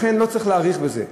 לכן, לא צריך להאריך בזה.